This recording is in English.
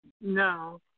No